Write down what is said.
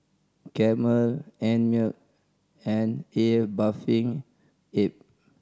Camel Einmilk and A Bathing Ape